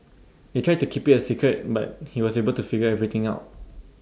they tried to keep IT A secret but he was able to figure everything out